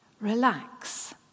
Relax